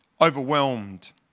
overwhelmed